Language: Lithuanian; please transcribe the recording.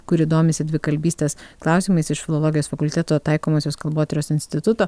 kuri domisi dvikalbystės klausimais iš filologijos fakulteto taikomosios kalbotyros instituto